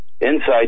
Inside